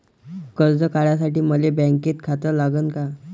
कर्ज काढासाठी मले बँकेत खातं लागन का?